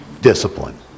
discipline